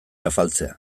afaltzea